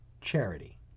charity